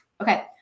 Okay